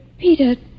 Peter